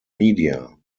media